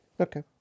Okay